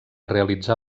realitzar